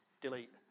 Delete